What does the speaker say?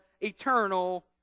eternal